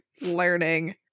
learning